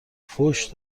فحش